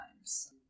times